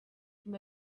from